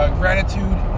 gratitude